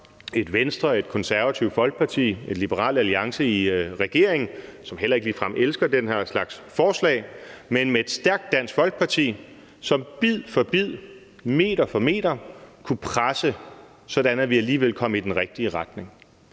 et Venstre, et Det Konservative Folkeparti, et Liberal Alliance i regering, som heller ikke ligefrem elsker den her slags forslag, men med et stærkt Dansk Folkeparti, som bid for bid, meter for meter, kunne presse på, sådan at vi alligevel kom i den rigtige retning.